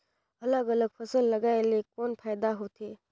अलग अलग फसल लगाय ले कौन फायदा होथे?